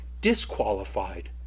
disqualified